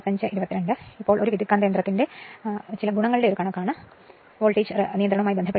അതിനാൽ ഒരു ട്രാൻസ്ഫോർമറിന്റെ മെറിറ്റിന്റെ ഒരു കണക്കാണ് വോൾട്ടേജ് റെഗുലേഷൻ